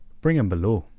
bring him below.